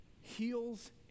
heals